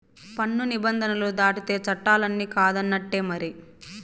పన్ను నిబంధనలు దాటితే చట్టాలన్ని కాదన్నట్టే మరి